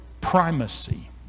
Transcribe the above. primacy